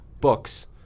books